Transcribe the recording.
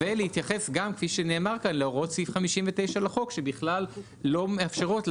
ולהתייחס גם כפי שנאמר כאן להוראות סעיף 59 לחוק שבכלל לא מאפשרות,